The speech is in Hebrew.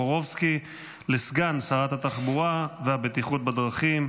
טופורובסקי לסגן שרת התחבורה והבטיחות בדרכים,